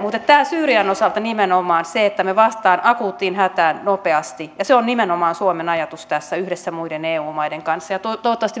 mutta syyrian osalta nimenomaan se että me vastaamme akuuttiin hätään nopeasti on suomen ajatus tässä yhdessä muiden eu maiden kanssa ja toivottavasti